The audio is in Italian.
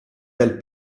del